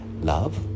love